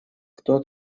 кто